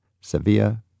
Sevilla